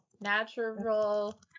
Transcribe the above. Natural